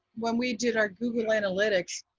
when we did our google analytics,